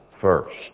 first